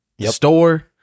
store